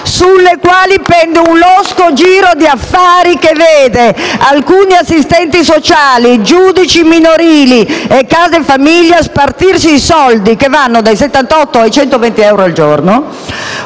sulle quali pende un losco giro di affari che vede alcuni assistenti sociali, giudici minorili e case famiglia spartirsi i soldi (che vanno da 78 a 120 euro al giorno),